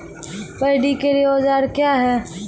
Paddy के लिए औजार क्या हैं?